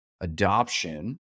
adoption